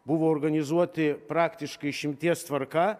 buvo organizuoti praktiškai išimties tvarka